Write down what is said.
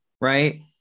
Right